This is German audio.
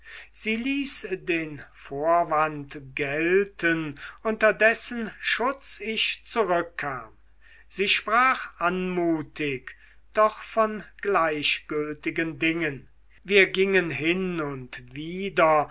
sie ließ den vorwand gelten unter dessen schutz ich zurückkam sie sprach anmutig doch von gleichgültigen dingen wir gingen hin und wider